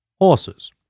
Horses